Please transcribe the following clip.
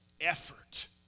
effort